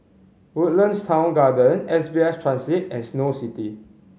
Woodlands Town Garden S B S Transit and Snow City